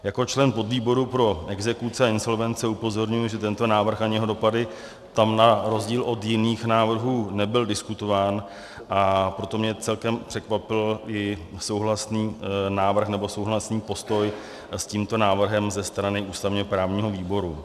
Jako člen podvýboru pro exekuce a insolvence upozorňuji, že tento návrh ani jeho dopady tam na rozdíl od jiných návrhů nebyl diskutován, a proto mě celkem překvapil i souhlasný postoj s tímto návrhem ze strany ústavněprávního výboru.